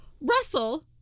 Russell